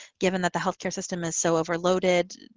given that the healthcare system is so overloaded,